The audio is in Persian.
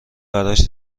براش